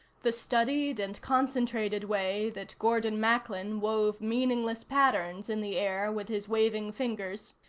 the studied and concentrated way that gordon macklin wove meaningless patterns in the air with his waving fingers,